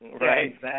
Right